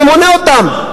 ואני מונה אותם.